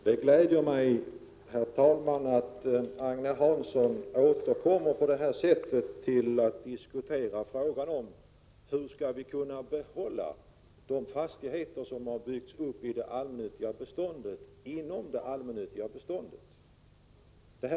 Herr talman! Det gläder mig att Agne Hansson återkommer på det här sättet till att diskutera frågan hur vi skall inom det allmännyttiga beståndet kunna behålla de fastigheter som har byggts upp inom detta.